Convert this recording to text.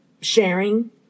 sharing